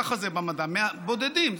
ככה זה במדע, בודדים.